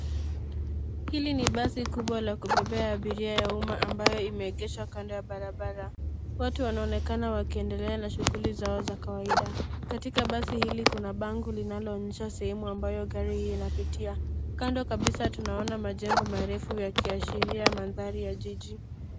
Hili ni basi kubwa la kubebea abiria ya umma ambayo imeegeshwa kando ya barabara. Watu wanaonekana wakiendelea na shughuli zao za kawaida. Katika basi hili kuna bango linaloonyesha sehemu ambayo gari hii inapitia. Kando kabisa tunaona majengo marefu yakiashiria mandhari ya jiji.